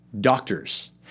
doctors